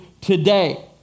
today